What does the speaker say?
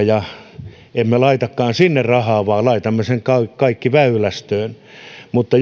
ja emme laitakaan sinne rahaa vaan laitamme sen kaiken väylästöön mutta